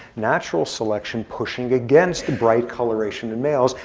natural selection pushing against bright coloration in males.